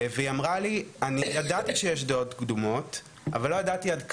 והיא אמרה לי אני ידעתי שיש דעות קדומות אבל לא ידעתי עד כמה,